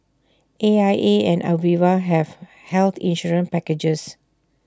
A I A and Aviva have health insurance packages